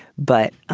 but